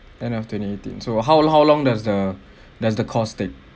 the end of twenty eighteen so uh how long how long does the does the course take